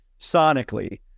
sonically